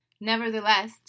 Nevertheless